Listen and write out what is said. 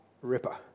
ripper